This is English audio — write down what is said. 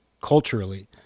culturally